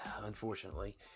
Unfortunately